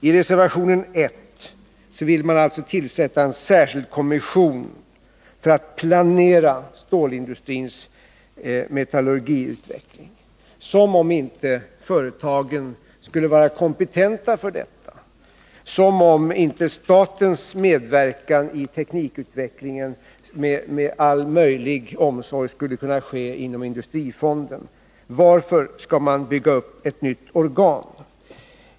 I reservationen 1 vill man alltså tillsätta en särskild kommission för att planera stålindustrins metallurgiutveckling — som om inte företagen skulle vara kompetenta för detta, som om inte statens medverkan i teknikutvecklingen med all möjlig omsorg skulle kunna ske t.ex. inom industrifonden. Varför skall man bygga upp ett nytt organ?